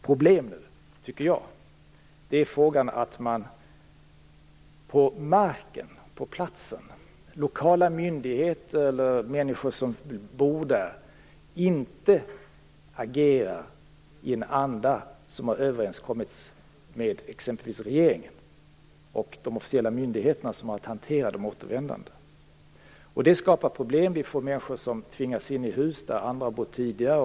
Problemet nu är att man på platsen, lokala myndigheter och människor som bor i området, inte agerar i den anda som har överenskommits med exempelvis regeringen och de officiella myndigheterna, som har att hantera de återvändande. Det skapar problem. Människor tvingas in i hus där andra har bott tidigare.